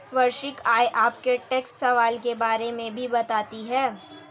वार्षिक आय आपके टैक्स स्लैब के बारे में भी बताती है